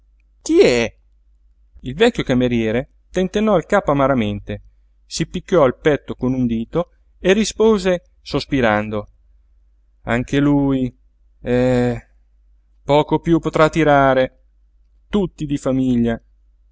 chi è il vecchio cameriere tentennò il capo amaramente si picchiò il petto con un dito e rispose sospirando anche lui eh poco piú potrà tirare tutti di famiglia